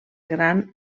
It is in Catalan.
gran